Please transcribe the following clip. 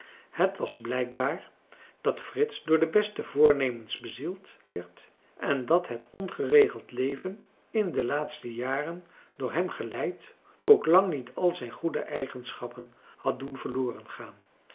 het was blijkbaar dat frits door de beste voornemens bezield werd en dat het ongeregeld leven in de laatste jaren door hem geleid ook lang niet al zijn goede eigenschappen had doen verloren gaan